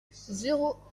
zéro